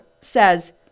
says